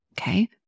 okay